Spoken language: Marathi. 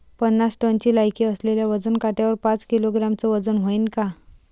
पन्नास टनची लायकी असलेल्या वजन काट्यावर पाच किलोग्रॅमचं वजन व्हईन का?